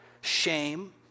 shame